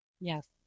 Yes